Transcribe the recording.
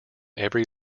every